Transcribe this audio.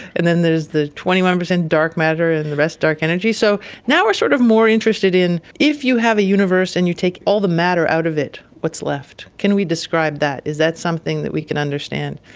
and then there's the twenty one percent dark matter and the rest dark energy. so now we are sort of more interested in if you have a universe and you take all the matter out of it, what's left? can we describe that? is that something that we can understand?